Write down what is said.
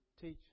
teach